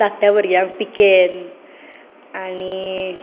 धाकट्या भुरग्याक पिकेन आनी